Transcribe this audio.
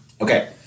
Okay